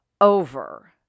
over